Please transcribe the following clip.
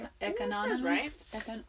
Economist